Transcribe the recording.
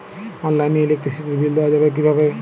অনলাইনে ইলেকট্রিসিটির বিল দেওয়া যাবে কিভাবে?